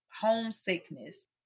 homesickness